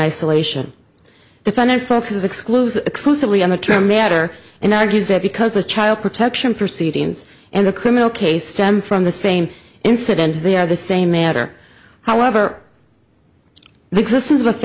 isolation defined in folks as exclusive exclusively on the term matter and argues that because the child protection proceedings and the criminal case stem from the same incident they are the same matter however the existence